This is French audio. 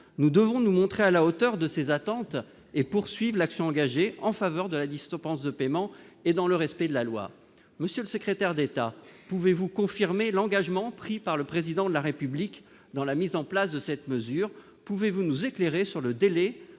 nous devons nous montrer à la hauteur de ces attentes et poursuivent l'action engagée en faveur de la liste pense de paiement et dans le respect de la loi monsieur le secrétaire d'État, pouvez-vous confirmer l'engagement pris par le président de la République dans la mise en place de cette mesure, pouvez-vous nous éclairer sur le délai